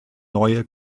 neue